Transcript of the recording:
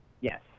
Yes